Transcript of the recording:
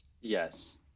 Yes